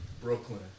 Brooklyn